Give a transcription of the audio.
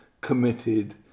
committed